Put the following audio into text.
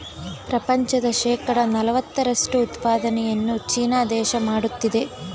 ಪ್ರಪಂಚದ ಶೇಕಡ ನಲವತ್ತರಷ್ಟು ಉತ್ಪಾದನೆಯನ್ನು ಚೀನಾ ದೇಶ ಮಾಡುತ್ತಿದೆ